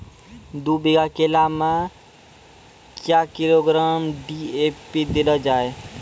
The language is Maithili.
दू बीघा केला मैं क्या किलोग्राम डी.ए.पी देले जाय?